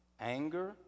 anger